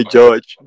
George